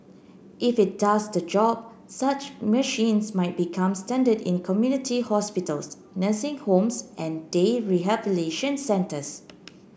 if it does the job such machines might become standard in community hospitals nursing homes and day rehabilitation centres